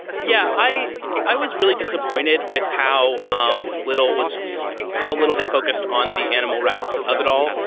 yeah, i i was really disappointed with how um little was how little they focused on the animal rights of it all.